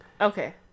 Okay